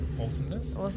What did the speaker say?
Awesomeness